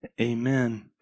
Amen